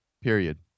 period